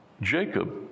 Jacob